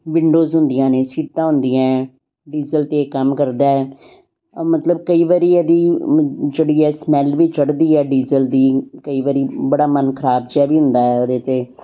windows ਹੁੰਦੀਆਂ ਨੇ ਸੀਟਾਂ ਹੁੰਦੀਆਂ ਹੈ ਡੀਜ਼ਲ 'ਤੇ ਕੰਮ ਕਰਦਾ ਐ ਮਤਲਬ ਕਈ ਵਾਰੀ ਇਸ ਦੀ ਜਿਹੜੀ ਹੈ ਸਮੈਲ ਵੀ ਚੜ੍ਹਦੀ ਹੈ ਡੀਜ਼ਲ ਦੀ ਕਈ ਵਾਰੀ ਬੜਾ ਮਨ ਖ਼ਰਾਬ ਜਿਹਾ ਵੀ ਹੁੰਦਾ ਇਹਦੇ 'ਤੇ